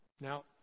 Now